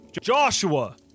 Joshua